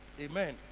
Amen